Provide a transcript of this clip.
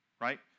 Right